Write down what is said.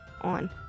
on